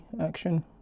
action